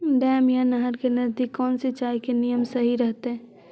Dam या नहर के नजदीक कौन सिंचाई के नियम सही रहतैय?